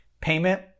payment